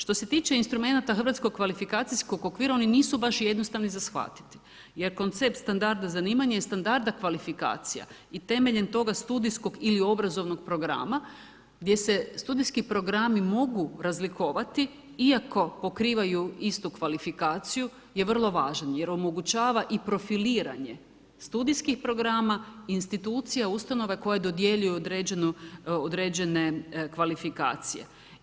Što se tiče instrumenata Hrvatskog kvalifikacijskog okvira, oni nisu baš jednostavni za shvatiti, jer koncept standarda zanimanja je standarda kvalifikacija i temeljem toga studijskog ili obrazovnog programa, gdje se studijski programi mogu razlikovati iako pokrivaju istu kvalifikaciju je vrlo važan, jer omogućava i profiliranje studijskih programa i institucija i ustanova koja dodjeljuju određene kvalifikacije.